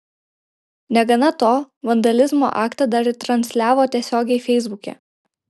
negana to vandalizmo aktą dar ir transliavo tiesiogiai feisbuke